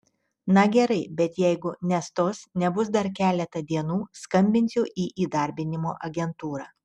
na gerai bet jeigu nestos nebus dar keletą dienų skambinsiu į įdarbinimo agentūrą